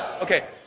Okay